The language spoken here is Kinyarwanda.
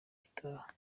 gitaha